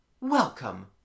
Welcome